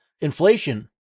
inflation